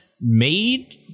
Made